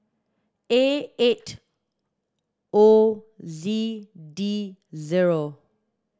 A eight O Z D zero